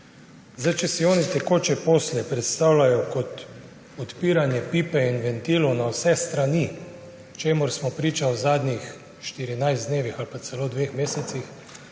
posle. Če si oni tekoče posle predstavljajo kot odpiranje pipe in ventilov na vse strani, čemur smo priča v zadnjih 14 dnevih ali pa celo dveh mesecih,